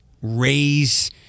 raise